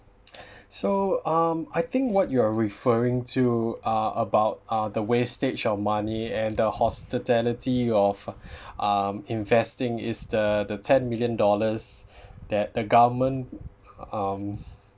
so um I think what you're referring to uh about uh the wastage of money and the hospitality of um investing is the the ten million dollars that the government um